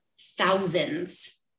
thousands